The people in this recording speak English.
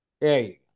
Hey